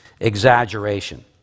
exaggeration